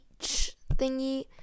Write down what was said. thingy